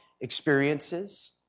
experiences